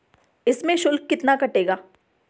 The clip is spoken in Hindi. इसमें शुल्क कितना कटेगा?